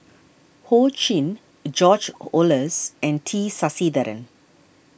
Ho Ching George Oehlers and T Sasitharan